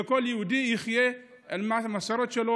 וכל יהודי יחיה עם המסורת שלו,